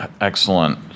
excellent